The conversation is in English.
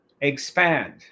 expand